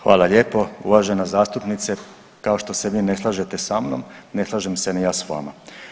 Hvala lijepo uvažena zastupnice, kao što se vi ne slažete sa mnom, ne slažem se ni ja s vama.